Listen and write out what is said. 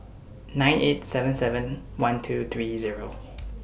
nine eight seven seven one two three Zero